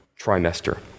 trimester